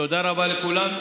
תודה רבה לכולם.